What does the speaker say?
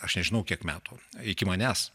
aš nežinau kiek metų iki manęs